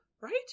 Right